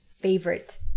favorite